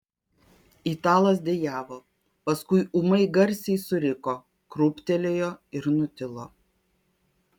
italas dejavo paskui ūmai garsiai suriko krūptelėjo ir nutilo